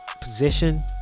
position